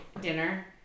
dinner